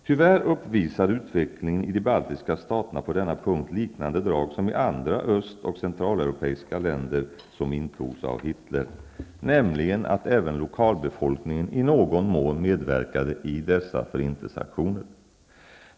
Tyvärr uppvisade utvecklingen i de baltiska staterna på denna punkt liknande drag som i andra östoch centraleuropeiska länder som intogs av Hitler, nämligen att även lokalbefolkning i någon mån medverkade i dessa förintelseaktioner.